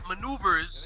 maneuvers